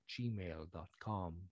gmail.com